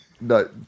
No